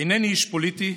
אינני איש פוליטי,